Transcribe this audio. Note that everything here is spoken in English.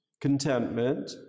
contentment